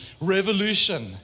revolution